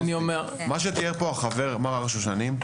מה שתיאר פה החבר אמנון הרשושנים,